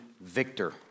victor